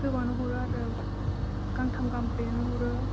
गोबाङानो हरो आरो गांथाम गांब्रैयानो हरो